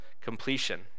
completion